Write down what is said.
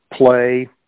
play